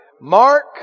Mark